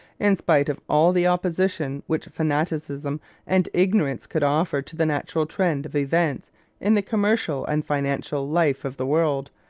in spite of all the opposition which fanaticism and ignorance could offer to the natural trend of events in the commercial and financial life of the world,